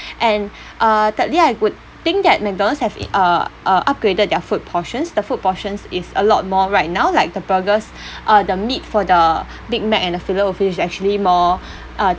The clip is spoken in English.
and uh thirdly I would think that mcdonald's have it uh uh upgraded their food portions the food portions is a lot more right now like the burgers uh the meat for the big mac and the fillet-o-fish is actually more uh